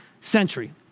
century